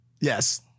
Yes